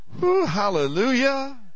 hallelujah